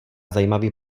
zajímavý